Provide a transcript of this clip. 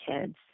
kids